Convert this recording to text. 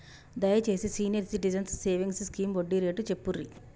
దయచేసి senior citizens savings scheme వడ్డీ rate చెప్పుర్రి